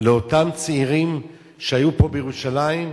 לאותם צעירים שהיו פה בירושלים.